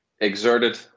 exerted